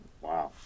wow